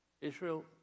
Israel